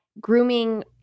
grooming